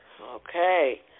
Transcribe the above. Okay